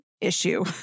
issue